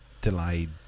delayed